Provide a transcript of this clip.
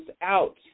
out